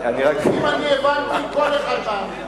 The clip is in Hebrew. אם אני הבנתי, כל אחד בעם הבין.